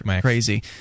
crazy